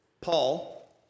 Paul